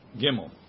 gimel